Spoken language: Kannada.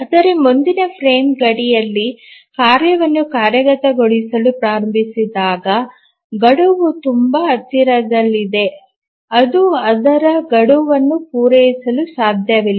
ಆದರೆ ಮುಂದಿನ ಫ್ರೇಮ್ ಗಡಿಯಲ್ಲಿ ಕಾರ್ಯವನ್ನು ಕಾರ್ಯಗತಗೊಳಿಸಲು ಪ್ರಾರಂಭಿಸಿದಾಗ ಗಡುವು ತುಂಬಾ ಹತ್ತಿರದಲ್ಲಿದೆ ಅದು ಅದರ ಗಡುವನ್ನು ಪೂರೈಸಲು ಸಾಧ್ಯವಿಲ್ಲ